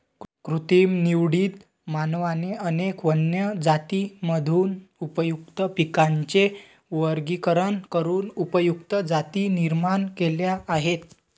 कृत्रिम निवडीत, मानवाने अनेक वन्य जातींमधून उपयुक्त पिकांचे वर्गीकरण करून उपयुक्त जाती निर्माण केल्या आहेत